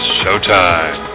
showtime